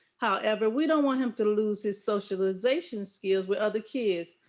however, we don't want him to lose his socialization skills with other kids.